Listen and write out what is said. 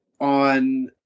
on